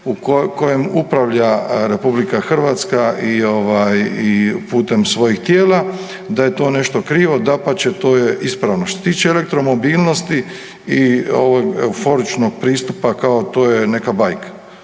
u kojem upravlja RH i ovaj, i putem svojih tijela, da je to nešto krivo, dapače, to je ispravno. Što se tiče elektromobilnosti i ovog euforičnog pristupa, kao to je neka bajka.